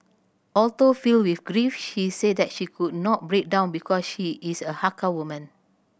although filled with grief she said that she could not break down because she is a Hakka woman